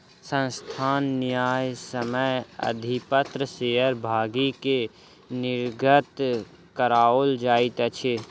संस्थान न्यायसम्य अधिपत्र शेयर भागी के निर्गत कराओल जाइत अछि